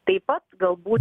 taip pat galbūt